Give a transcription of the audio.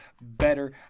better